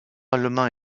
allemands